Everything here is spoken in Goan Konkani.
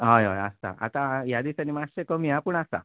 हय हय आसता आतां ह्या दिसांनी मात्शें कमी आ पूण आसा